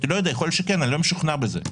יכול להיות שכן, אבל אני לא משוכנע בזה.